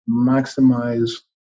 maximize